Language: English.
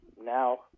now